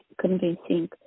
convincing